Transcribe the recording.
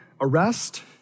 arrest